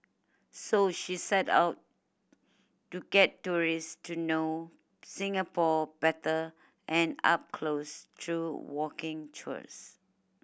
so she set out to get tourist to know Singapore better and up close through walking tours